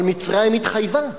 אבל מצרים התחייבה.